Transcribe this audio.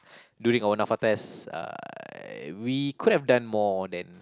during our nafa test uh we could have done more then